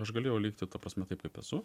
aš galėjau likti ta prasme taip kaip esu